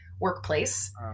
workplace